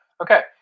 Okay